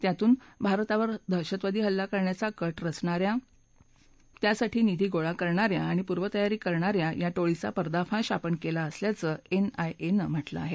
त्यातून भारतावर दशहतवादी हल्ला करण्याचा कट रचणा या त्यासाठी निधी गोळा करणा या आणि पूर्वतयारी करणा या टोळीचा पर्दाफाश आपण केला असल्याचं एनआयएनं म्हटलं आहे